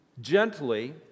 gently